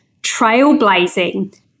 trailblazing